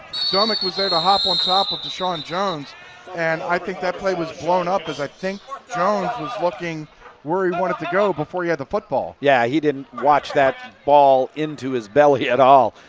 domek was there to hop on top of deshawn jones and i think that play was blown up cause i think jones was looking where he wanted to go before he had the football. yeah, he didn't watch that ball into his belly at all.